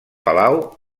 palau